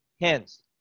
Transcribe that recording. hence